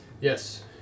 Yes